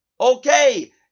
Okay